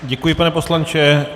Děkuji, pane poslanče.